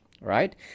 right